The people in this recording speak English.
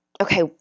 Okay